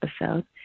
episode